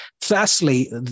firstly